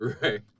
Right